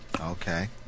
Okay